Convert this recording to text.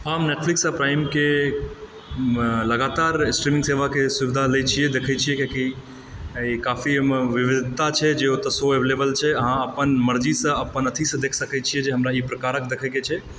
हम नेटफ्लिक्स प्राइमके लगातार स्ट्रीमिंग सेवाके सुविधा लए छिऐ देखै छिऐ किआकि काफी एहिमे विविधता छै जे ओतए शो आबै वाला छै जे अहाँ अपन मर्जीसँ अपन अथीसँ देख सकै छिऐ जे हमरा ई प्रकारक देखैके छै